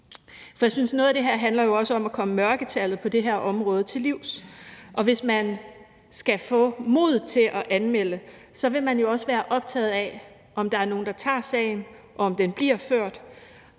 for jeg synes, at noget af det her jo også handler om at komme mørketallet på det her område til livs. Og hvis man skal få mod til at anmelde, vil man jo også være optaget af, om der er nogen, der tager sagen, og om den bliver ført,